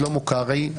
שלמה קרעי,